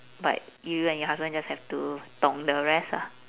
but you and your husband just have to dong the rest ah